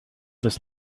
this